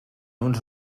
uns